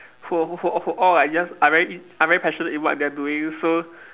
who who who all like just are very in are very passionate in what they are doing so